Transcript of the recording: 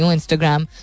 Instagram